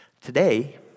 Today